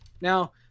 Now